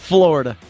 Florida